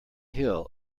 hill